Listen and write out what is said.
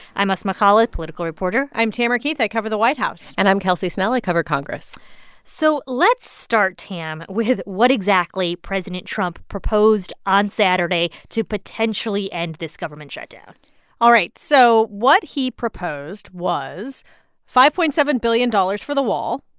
i'm asma khalid, political reporter i'm tamara keith. i cover the white house and i'm kelsey snell. i cover congress so let's start, tam, with what exactly president trump proposed on saturday to potentially end this government shutdown all right. so what he proposed was five point seven billion dollars for the wall.